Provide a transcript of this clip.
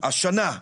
השנה,